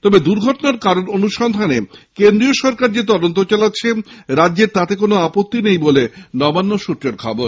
তবে দুর্ঘটনার কারণ অনুসন্ধানে কেন্দ্র যে তদন্ত চালাচ্ছে রাজ্যের তাতে কোনো আপত্তি নেই বলে নবান্ন সূত্রের খবর